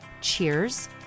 Cheers